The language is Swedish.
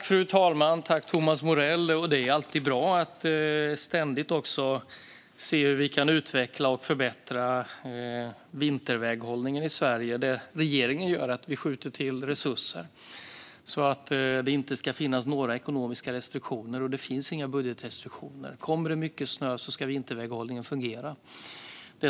Fru talman! Det är alltid bra att ständigt se över hur vi kan utveckla och förbättra vinterväghållningen i Sverige. Regeringen skjuter till resurser, så att det inte ska finnas några ekonomiska restriktioner, och det finns inga budgetrestriktioner. Kommer det mycket snö ska vinterväghållningen fungera.